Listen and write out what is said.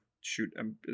Shoot